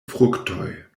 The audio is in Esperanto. fruktoj